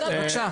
בבקשה.